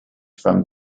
from